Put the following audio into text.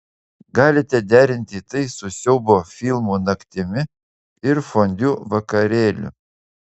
galite derinti tai su siaubo filmų naktimi ir fondiu vakarėliu